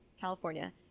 california